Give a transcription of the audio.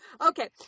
Okay